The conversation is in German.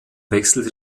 wechselte